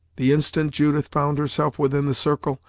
the instant judith found herself within the circle,